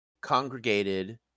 congregated